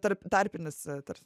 tarp tarpinis tarp